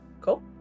Cool